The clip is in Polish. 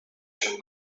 się